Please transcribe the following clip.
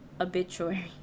obituary